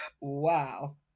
Wow